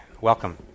Welcome